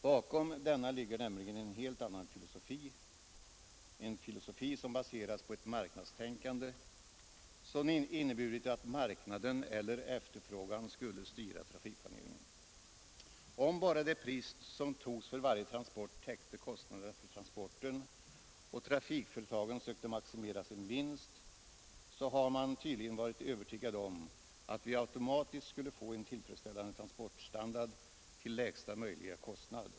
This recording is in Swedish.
Bakom detta ligger nämligen en helt annan filosofi, som baseras på ett marknadstänkande, vilket inneburit att marknaden eller efterfrågan skulle styra trafikplaneringen. Om bara det pris som togs för varje transport täckte kostnaderna för transporten och trafikföretagen sökte maximera sin vinst, så var man tydligen övertygad om att vi automatiskt skulle få en tillfredsställande transportstandard till lägsta möjliga kostnad.